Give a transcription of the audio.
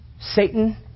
Satan